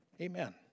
Amen